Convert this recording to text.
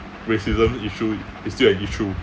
racism issue it's still an issue